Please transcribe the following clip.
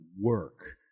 work